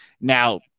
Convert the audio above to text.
Now